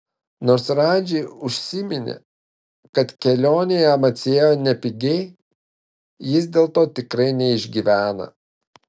nors radži užsiminė kad kelionė jam atsiėjo nepigiai jis dėl to tikrai neišgyvena